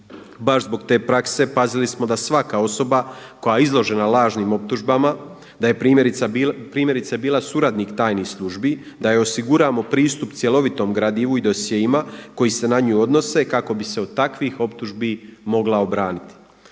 baš zbog te prakse pazili smo da svaka osoba koja je izložena lažnim optužbama, da je primjerice bila suradnik tajnih službi, da joj osiguramo pristup cjelovitom gradivu i dosjeima koji se na nju odnose kako bi se od takvih optužbi mogla obraniti.